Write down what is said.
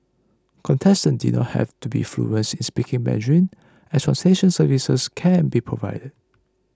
contestants did not have to be fluent in speaking Mandarin as translation services can be provided